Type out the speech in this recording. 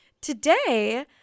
Today